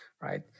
right